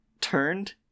turned